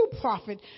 prophet